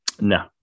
No